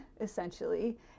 essentially